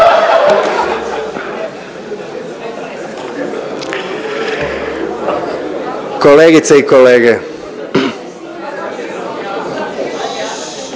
kolegice i kolege